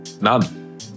None